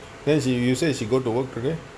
hence you you said she should go to work today